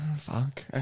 fuck